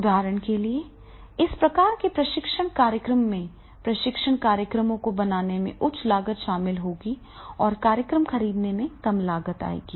उदाहरण के लिए इस प्रकार के प्रशिक्षण कार्यक्रमों में प्रशिक्षण कार्यक्रमों को बनाने में उच्च लागत शामिल होगी और कार्यक्रम खरीदने पर कम लागत आएगी